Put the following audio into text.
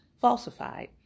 falsified